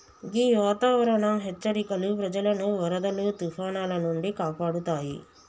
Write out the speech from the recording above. గీ వాతావరనం హెచ్చరికలు ప్రజలను వరదలు తుఫానాల నుండి కాపాడుతాయి